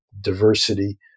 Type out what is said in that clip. diversity